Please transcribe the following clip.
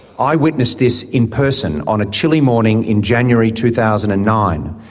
i witnessed this in person on a chilly morning in january two thousand and nine,